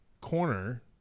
corner